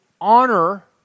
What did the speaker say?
honor